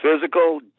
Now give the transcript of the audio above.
physical